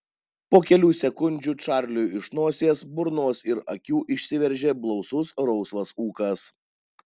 po kelių sekundžių čarliui iš nosies burnos ir akių išsiveržė blausus rausvas ūkas